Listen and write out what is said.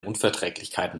unverträglichkeiten